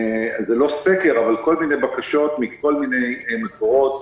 זה לא סקר, אבל כל מיני בקשות מכל מיני מקומות,